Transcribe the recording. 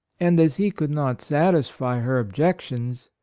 and as he could not satisfy her objections,